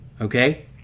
Okay